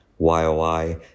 YOI